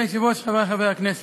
הכשרת עובדי הוראה,